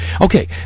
Okay